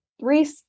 three